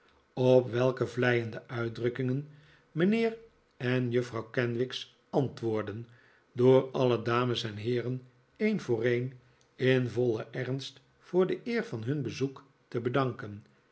op welke vleiende uitdrukkingen mijnheer en juffrouw kenwigs antwoordden door alle dames en heeren een voor een in vollen ernst voor de eer van hun bezoek te bedanken